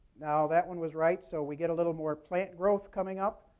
now, that one was right, so we get a little more plant growth coming up.